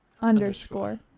underscore